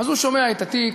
הוא שומע את התיק,